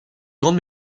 grande